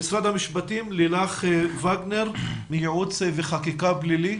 משרד המשפטים, לילך וגנר מייעוץ וחקיקה, פלילי.